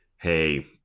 Hey